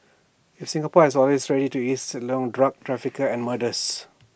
in Singapore has already eased IT A lot drug traffickers and murderers